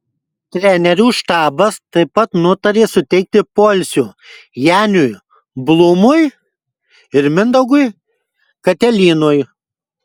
trenerių štabas taip pat nutarė suteikti poilsio janiui blūmui ir mindaugui katelynui